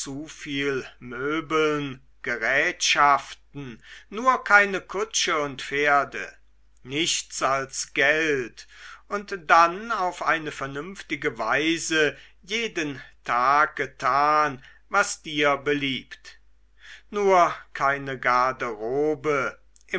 viel möbeln gerätschaften nur keine kutsche und pferde nichts als geld und dann auf eine vernünftige weise jeden tag getan was dir beliebt nur keine garderobe